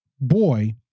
boy